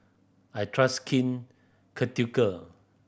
I trust Skin Ceutical